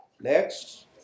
Next